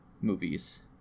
movies